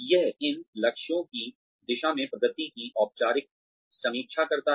यह इन लक्ष्यों की दिशा में प्रगति की औपचारिक समीक्षा करता है